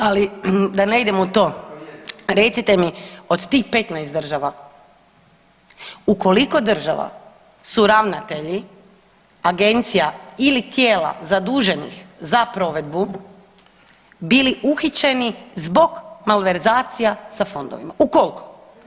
Ali da ne idemo u to, recite mi od tih 15 država u koliko država su ravnatelji agencija ili tijela zaduženih za provedbu bili uhićeni zbog malverzacija s fondovima, u koliko?